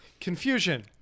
confusion